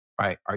right